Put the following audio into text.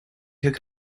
как